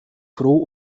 froh